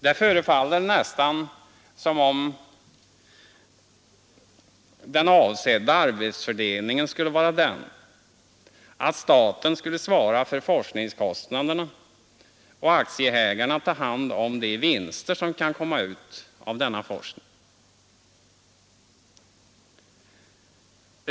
Det förefaller nästan som om den avsedda arbetsfördelningen skulle vara den, att staten skall svara för forskningskostnaderna och aktieägarna ta hand om de vinster som kan komma ut av denna forskning.